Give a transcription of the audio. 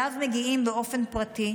שאליו מגיעים באופן פרטי,